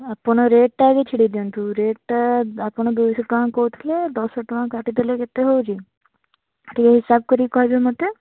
ଆପଣ ରେଟ୍ଟା ଆଗେ ଛିଡ଼ାଇ ଦିଅନ୍ତୁ ରେଟ୍ଟା ଆପଣ ଦୁଇ ଶହ ଟଙ୍କା କହୁଥିଲେ ଦଶ ଟଙ୍କା କାଟିଦେଲେ କେତେ ହେଉଛି ଟିକିଏ ହିସାବ କରିକି କହିବେ ମୋତେ